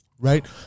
Right